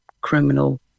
criminal